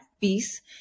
piece